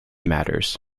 matters